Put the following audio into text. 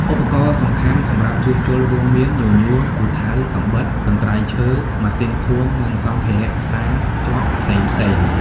ឧបករណ៍សំខាន់សម្រាប់ជួសជុលរួមមាន ញញួរ ពូថៅ កាំបិត កន្ត្រៃឈើ ម៉ាស៊ីនខួង និងសម្ភារៈផ្សាភ្ជាប់ផ្សេងៗ។